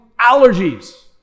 allergies